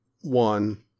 one